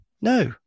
no